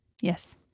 Yes